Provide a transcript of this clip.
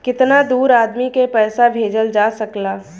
कितना दूर आदमी के पैसा भेजल जा सकला?